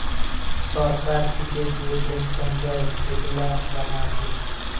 সরকার থিকে যে পেনসন দেয়, সেগুলা জানা আছে